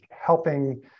helping